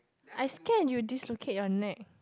I scare you dislocate your neck